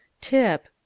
Tip